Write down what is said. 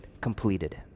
completed